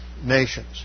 nations